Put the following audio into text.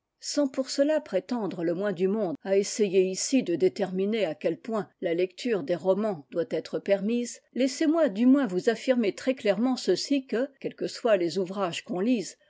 sans pour cela prétendre le moins du monde à essayer ici de déterminer à quel point la lecture des romans doit être permise laissez-moi du moins vous afrmer très clairement ceci que quels que soient les ouvrages qu'on lise